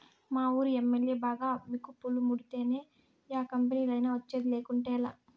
మావూరి MLA బాగా మికుపులు ముడితేనే యా కంపెనీలైనా వచ్చేది, లేకుంటేలా